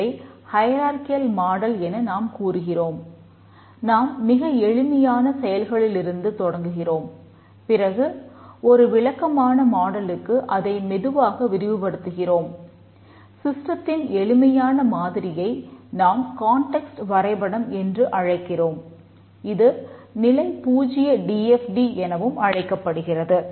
இதை hierarchical model எனவும் அழைக்கப்படுகிறது